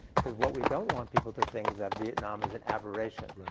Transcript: because what we don't want people to think is that vietnam is an aberration.